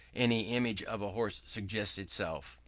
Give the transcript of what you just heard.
any image of a horse suggests itself.